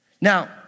Now